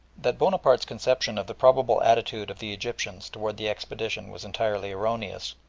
that bonaparte's conception of the probable attitude of the egyptians towards the expedition was entirely erroneous,